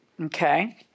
Okay